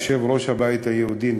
יושב-ראש הבית היהודי,